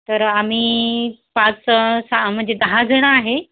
तर आम्ही पाच सहा म्हणजे दहाजण आहे